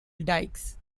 dykes